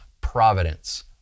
providence